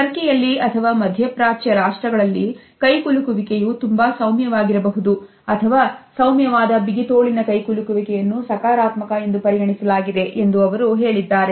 ಟರ್ಕಿಯಲ್ಲಿ ಅಥವಾ ಮಧ್ಯಪ್ರಾಚ್ಯಯ ರಾಷ್ಟ್ರಗಳಲ್ಲಿ ಕೈ ಕುಲುಕುಬಾವಿಕೆಯು ತುಂಬಾ ಸೌಮ್ಯವಾಗಿರಬಹುದು ಅಥವಾ ಸೌಮ್ಯವಾದಬಿಗಿ ತೋಳಿನ ಕೈಕುಲುಕುವಿಕೆಯನ್ನುಸಕಾರಾತ್ಮಕ ಎಂದು ಪರಿಗಣಿಸಲಾಗಿದೆ ಎಂದು ಅವರು ಹೇಳಿದ್ದಾರೆ